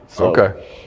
Okay